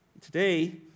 today